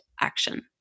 action